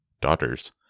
daughters